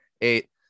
eight